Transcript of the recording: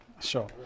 Sure